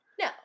No